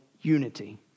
unity